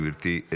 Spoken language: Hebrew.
גברתי,